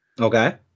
Okay